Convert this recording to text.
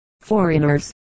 foreigners